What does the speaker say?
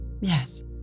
Yes